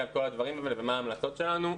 על כל הדברים האלה ומה המלצות שלנו.